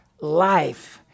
Life